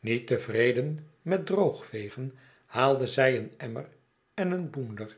niet tevreden met droog vegen haalde zij een emmer en een boender